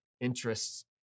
interests